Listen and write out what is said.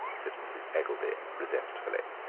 said mrs. eggelby resentfully.